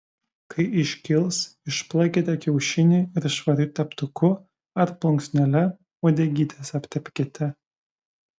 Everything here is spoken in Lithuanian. kai iškils išplakite kiaušinį ir švariu teptuku ar plunksnele uodegytes aptepkite